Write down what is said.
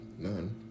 None